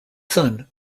son